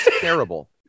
terrible